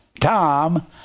Tom